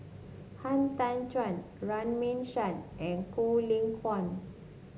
Han Tan Juan Runme Shaw and Quek Ling Kiong